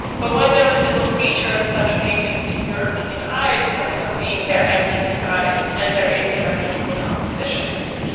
but one noticeable feature of such paintings to european eyes would have been their empty skies and their asymmetrical compositions.